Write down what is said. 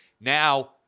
Now